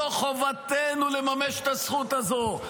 זו חובתנו לממש את הזכות הזו,